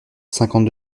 cinquante